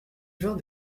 vint